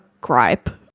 gripe